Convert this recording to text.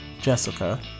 Jessica